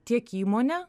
tiek įmonę